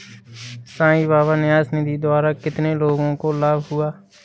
साई बाबा न्यास निधि द्वारा कितने लोगों को लाभ हुआ?